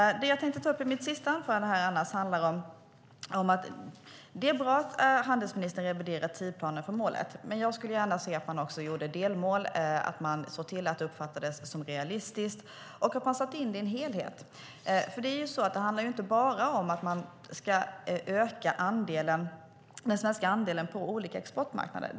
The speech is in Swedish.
Det jag tänkte ta upp i mitt sista anförande handlar bland annat om att det är bra att handelsministern reviderar tidsplanen för målet. Men jag skulle gärna se att man också gjorde delmål, såg till att de uppfattades som realistiska och satte in dem i en helhet. Det handlar inte bara om att öka den svenska andelen på olika exportmarknader.